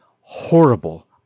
horrible